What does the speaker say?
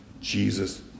Jesus